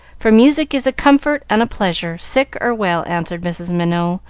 for music is a comfort and a pleasure, sick or well, answered mrs. minot,